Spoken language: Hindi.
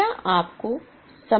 क्या आपको समाज आ रहा है